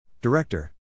Director